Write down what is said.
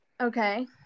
Okay